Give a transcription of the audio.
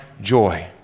joy